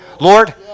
Lord